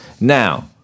Now